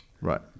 Right